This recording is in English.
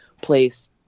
place